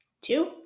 Two